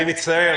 אני מצטער,